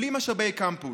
בלי משאבי קמפוס.